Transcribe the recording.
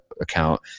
account